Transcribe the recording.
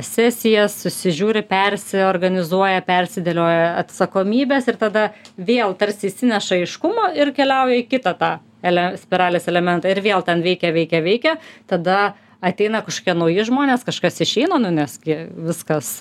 sesijas susižiūri persiorganizuoja persidėlioja atsakomybes ir tada vėl tarsi išsineša aiškumo ir keliauja į kitą tą ele spiralės elementą ir vėl ten veikia veikia veikia tada ateina kažkokie nauji žmonės kažkas išeina nu nes gi viskas